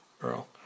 Earl